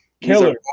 killer